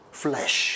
flesh